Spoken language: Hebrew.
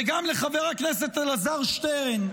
וגם לחבר הכנסת אלעזר שטרן,